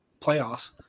playoffs